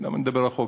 למה נדבר רחוק?